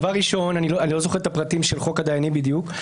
אני לא זוכר את הפרטים של חוק הדיינים בדיוק.